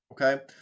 okay